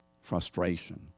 frustration